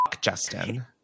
Justin